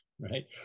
right